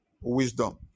Wisdom